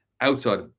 outside